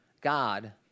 God